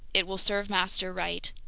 it will serve master right!